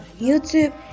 YouTube